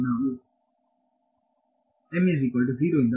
ನಾವು ಪ್ರಾರಂಭಿಸುತ್ತೇವೆ